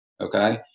okay